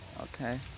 Okay